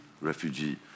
refugee